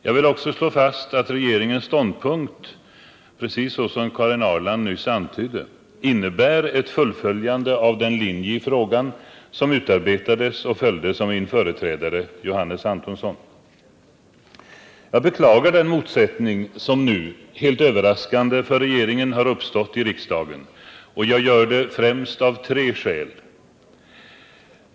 Jag vill också slå fast att regeringens ståndpunkt, precis som Karin Ahrland nyss antydde, innebär ett fullföljande av den linje i frågan som utarbetades och följdes av min företrädare Johannes Antonsson. Jag beklagar den motsättning som nu. helt överraskande för regeringen, har uppstått i riksdagen, och jag gör det främst av tre skäl.